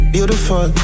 Beautiful